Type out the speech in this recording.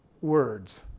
words